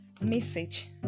message